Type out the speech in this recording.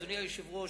אדוני היושב-ראש,